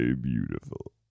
beautiful